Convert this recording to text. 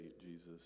Jesus